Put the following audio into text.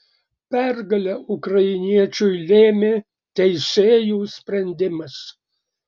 pergalę ukrainiečiui lėmė teisėjų sprendimas